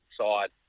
side